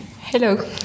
Hello